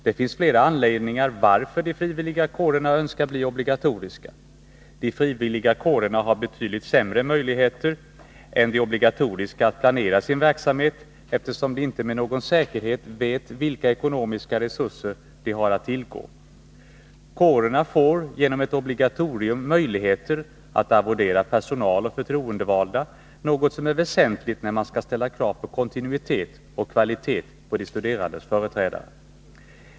Det finns flera anledningar till att de frivilliga kårerna önskar bli obligatoriska. De frivilliga kårerna har betydligt sämre möjligheter än de obligatoriska att planera sin verksamhet, eftersom de inte med någon säkerhet vet vilka ekonomiska resurser de har att tillgå. Kårerna får genom ett obligatorium möjlighet att arvodera personal och förtroendevalda, något som är väsentligt när man skall ställa krav på kontinuitet och kvalitet på de studerandes företrädare.